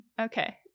Okay